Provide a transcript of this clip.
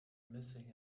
missing